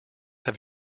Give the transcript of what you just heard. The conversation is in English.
have